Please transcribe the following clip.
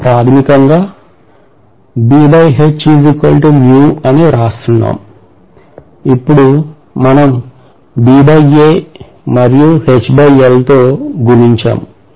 మనం ప్రాథమికంగా అని వ్రాస్తున్నాము ఇప్పుడు మనం మరియు తో గుణించాము